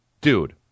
dude